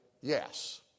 yes